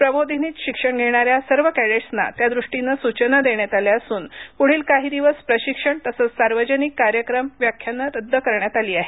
प्रबोधिनीत प्रशिक्षण घेणाऱ्या सर्व कैडेट्स ना त्यादृष्टीने सूचना देण्यात आल्या असून पुढील काही दिवस प्रशिक्षण तसच सर्वाजनिक कार्यक्रम व्याखान रद्द करण्यात आली आहेत